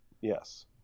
Yes